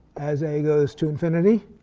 as a goes to infinity,